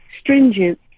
stringent